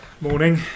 Morning